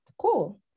cool